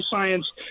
science